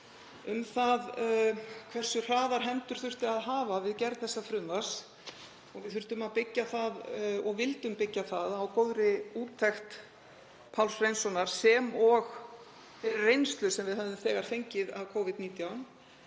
um það hversu hraðar hendur þurfti að hafa við gerð þessa frumvarps. Við þurftum og vildum byggja það á góðri úttekt Páls Hreinssonar, sem og reynslu sem við höfum þegar fengið af Covid-19.